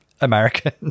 American